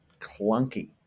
clunky